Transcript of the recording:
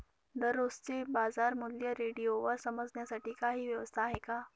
दररोजचे बाजारमूल्य रेडिओवर समजण्यासाठी काही व्यवस्था आहे का?